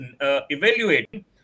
evaluating